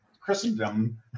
Christendom